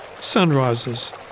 sunrises